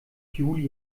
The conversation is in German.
juli